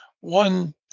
one